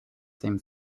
same